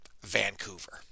Vancouver